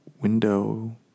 window